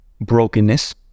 brokenness